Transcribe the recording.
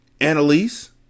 Annalise